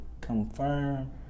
confirm